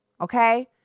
Okay